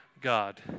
God